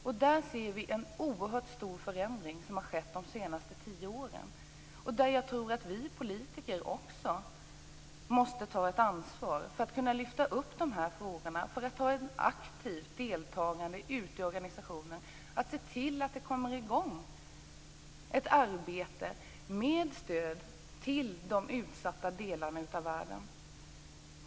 Där har det skett en oerhört stor förändring under de senaste tio åren. Vi politiker måste också ta ett ansvar för att lyfta fram dessa frågor och för att aktivt delta i organisationer. Vi måste se till att det kommer i gång ett arbete med att stödja utsatta delar av världen.